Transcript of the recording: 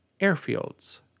airfields